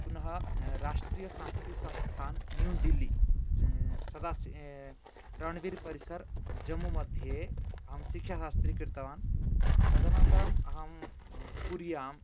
पुनः राष्ट्रियसंस्कृतसंस्थान् नवदेल्ली सदासी रणबीर् परिसर् जम्मू मध्ये अहं शिक्षाशास्त्रि कृतवान् तदनन्तरम् अहं पूर्याम्